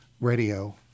radio